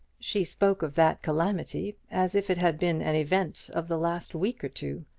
she spoke of that calamity as if it had been an event of the last week or two.